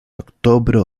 oktobro